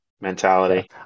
mentality